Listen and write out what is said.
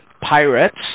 pirates